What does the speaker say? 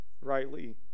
rightly